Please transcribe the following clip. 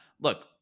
look-